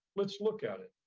let's look at it.